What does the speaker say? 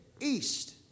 east